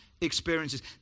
experiences